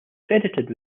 credited